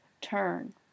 turn